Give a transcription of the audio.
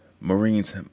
Marines